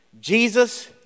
Jesus